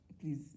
please